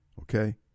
okay